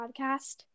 podcast